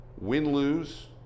Win-lose